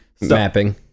mapping